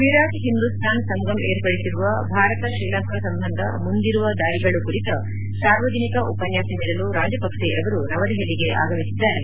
ವೀರಾಟ್ ಹಿಂದೂಸ್ತಾನ್ ಸಂಗಮ್ ಏರ್ಪಡಿಸಿರುವ ಭಾರತ ತ್ರೀಲಂಕಾ ಸಂಬಂಧ ಮುಂದಿರುವ ದಾರಿಗಳು ಕುರಿತ ಸಾರ್ವಜನಿಕ ಉಪನ್ಲಾಸ ನೀಡಲು ರಾಜಪಕ್ಷೆ ಅವರು ನವದೆಪಲಿಗೆ ಆಗಮಿಸಿದ್ದಾರೆ